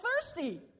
thirsty